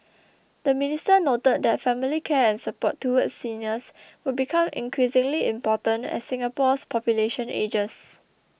the minister noted that family care and support towards seniors will become increasingly important as Singapore's population ages